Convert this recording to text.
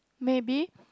maybe